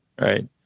right